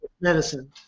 medicine